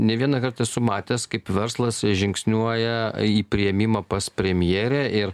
ne vieną kartą esu matęs kaip verslas žingsniuoja į priėmimą pas premjerę ir